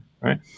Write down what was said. right